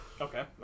Okay